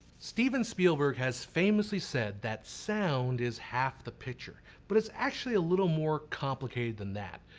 steven spielberg has famously said that sound is half the picture but it's actually a little more complicated than that.